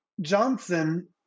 Johnson